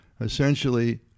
essentially